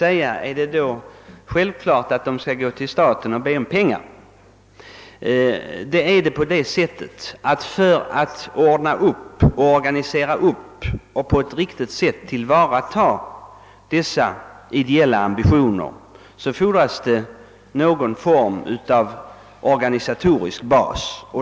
Är det då självklart att man skall gå till staten och begära pengar för detta ändamål? Ja, det är det i så måtto, att det för att dessa ideella ambitioner skall kunna tillvaratas på ett riktigt sätt fordras en organisatorisk bas.